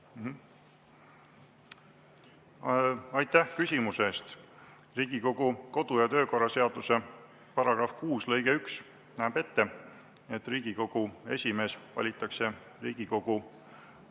Aitäh küsimuse eest! Riigikogu kodu‑ ja töökorra seaduse § 6 lõige 1 näeb ette, et Riigikogu esimees valitakse Riigikogu